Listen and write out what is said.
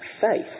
faith